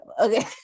Okay